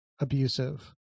abusive